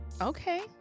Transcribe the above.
okay